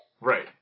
Right